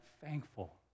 thankful